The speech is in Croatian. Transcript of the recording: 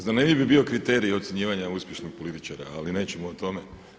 Zar ne bi bio kriterij ocjenjivanja uspješnog političara, ali nećemo o tome.